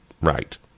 right